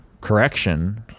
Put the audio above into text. correction